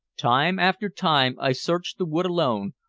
time after time i searched the wood alone,